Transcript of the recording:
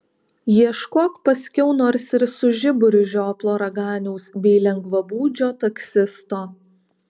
ieškok paskiau nors ir su žiburiu žioplo raganiaus bei lengvabūdžio taksisto